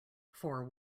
fore